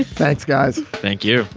thanks guys. thank you.